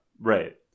Right